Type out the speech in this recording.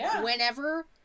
whenever